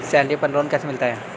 Salary पर loan कैसे मिलता है?